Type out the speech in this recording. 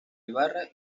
ibarra